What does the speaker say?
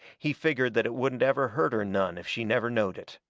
he figgered that it wouldn't ever hurt her none if she never knowed it.